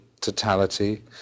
totality